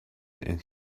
and